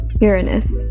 Uranus